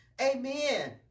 Amen